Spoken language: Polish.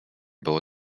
było